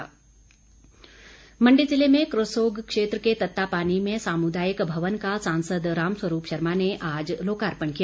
राम स्वरूप मण्डी ज़िले में करसोग क्षेत्र के तत्तापानी में सामुदायिक भवन का सांसद राम स्वरूप शर्मा ने आज लोकार्पण किया